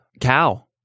Cow